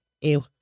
Ew